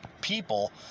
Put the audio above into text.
people